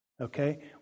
Okay